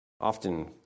often